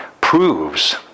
proves